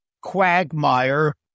quagmire